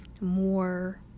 more